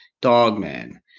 Dogman